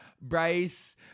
Bryce